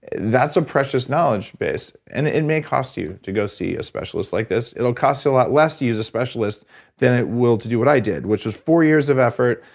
that's a precious knowledge base. and it may cost you to go see a specialist like this. it'll cost you a lot less to use a specialist than it will to do what i did, which was four years of effort,